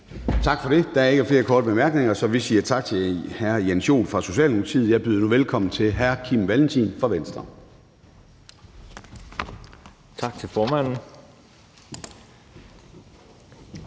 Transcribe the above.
Tak for det. Der er ikke flere korte bemærkninger. Så vi siger tak til hr. Jens Joel fra Socialdemokratiet. Jeg byder nu velkommen til hr. Kim Valentin fra Venstre. Kl.